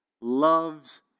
loves